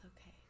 okay